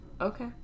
Okay